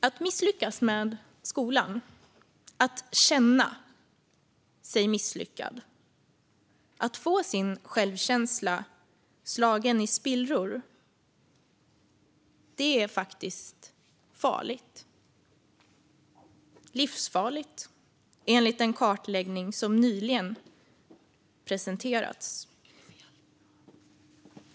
Att misslyckas med skolan, att känna sig misslyckad och att få sin självkänsla slagen i spillror är faktiskt farligt - livsfarligt - enligt en kartläggning som nyligen presenterats.